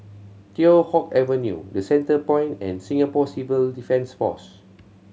Teow Hock Avenue The Centrepoint and Singapore Civil Defence Force